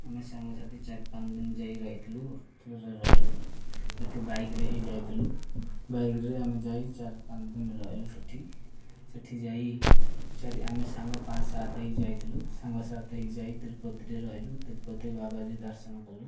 ଆମେ ସାଙ୍ଗସାଥି ଚାରି ପାଞ୍ଚ ଦିନ ଯାଇ ରହିଥିଲୁ ହୋଟେଲ୍ରେ ରହିଲୁ ଏଇଠୁ ବାଇକ୍ରେ ହେଇ ଯାଇଥିଲୁ ବାଇକ୍ରେ ଆମେ ଯାଇ ଚାରି ପାଞ୍ଚ ଦିନ ରହିଲୁ ସେଇଠି ସେଇଠି ଯାଇ ଚାରି ଆମେ ସାଙ୍ଗ ପାଞ୍ଚ ସାତ ହେଇ ଯାଇଥିଲୁ ସାଙ୍ଗସାଥି ହେଇ ଯାଇ ତିରୁପତୀରେ ରହିଲୁ ତିରୁପତୀ ବାଲାଜୀ ଦର୍ଶନ କଲୁ